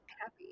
happy